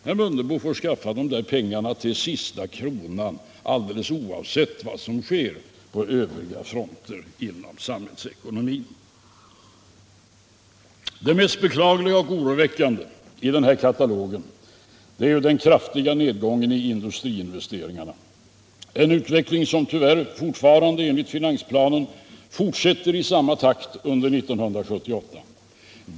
Herr Mundebo får skaffa dessa pengar till sista kronan alldeles oavsett vad som sker på övriga fronter inom samhällsekonomin. Det mest beklagliga och oroväckande i den här katalogen över problem är den kraftiga nedgången i industriinvesteringarna, en utveckling som enligt finansplanen tyvärr fortsätter i samma takt under 1978.